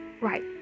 Right